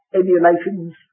emulations